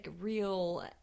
real